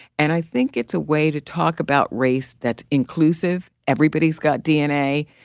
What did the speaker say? and i think it's a way to talk about race that's inclusive. everybody's got dna.